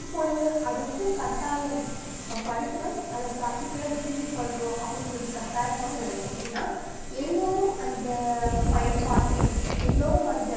இப்பொழுது அது வந்து கட்டாயம் இப்போ படிக்கிறோம் அதை ப்ராக்டிக்கலாக எக்ஸ்க்யூட் பண்ணுறோம் அப்படிங்கிறது கட்டாயமாகிடுச்சு அப்படினா எல்லோரும் அந்த பயன்பாட்டின் எல்லோரும் அந்த